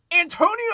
Antonio